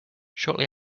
shortly